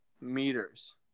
meters